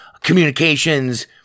communications